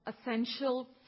essential